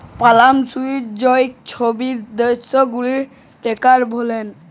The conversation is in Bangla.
পালামা, সুইৎজারল্যাল্ড ছব দ্যাশ গুলা ট্যাক্স হ্যাভেল